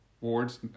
wards